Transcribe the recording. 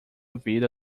vida